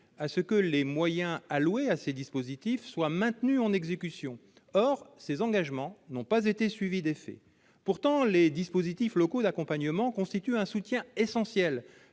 à ce que les moyens alloués à ces engagements soient maintenus en exécution. Or ces engagements n'ont pas été suivis d'effets. Pourtant, les dispositifs locaux d'accompagnement constituent un soutien essentiel